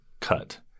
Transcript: cut